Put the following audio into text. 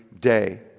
day